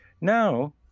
Now